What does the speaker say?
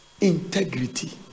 integrity